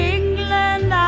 England